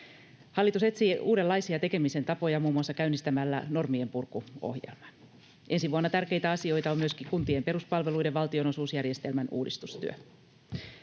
Hallitus etsii uudenlaisia tekemisen tapoja muun muassa käynnistämällä normienpurkuohjelman. Ensi vuonna tärkeitä asioita on myöskin kuntien peruspalveluiden valtionosuusjärjestelmän uudistustyö.